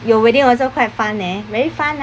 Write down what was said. your wedding also quite fun leh very fun